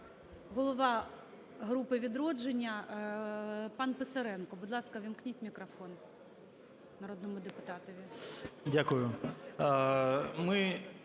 голова групи "Відродження" пан Писаренко. Будь ласка, ввімкніть мікрофон народному депутатові.